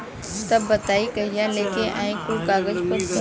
तब बताई कहिया लेके आई कुल कागज पतर?